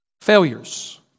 Failures